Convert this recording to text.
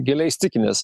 giliai įsitikinęs